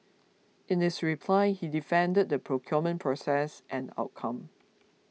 in his reply he defended the procurement process and outcome